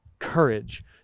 courage